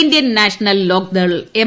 Indian national Lokdal M